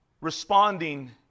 responding